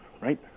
right